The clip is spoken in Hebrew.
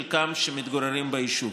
שחלקם מתגוררים ביישוב.